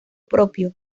propio